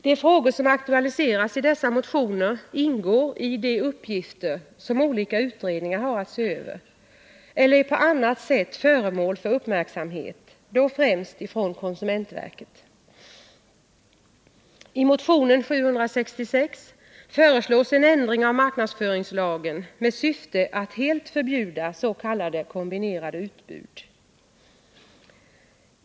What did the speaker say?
De frågor som aktualiseras i dessa motioner ingår i de uppgifter som olika utredningar har att se över eller är på annat sätt föremål för uppmärksamhet, då främst från konsumentverket. I motion 766 föreslås en ändring av marknadsföringslagen med syfte ”att helt förbjuda s.k. kombinerade utbud”.